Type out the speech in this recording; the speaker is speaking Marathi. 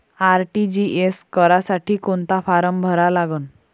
आर.टी.जी.एस करासाठी कोंता फारम भरा लागन?